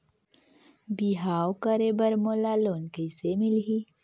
बिहाव करे बर मोला लोन कइसे मिलही?